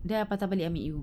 then I patah balik I meet you